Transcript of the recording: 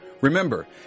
Remember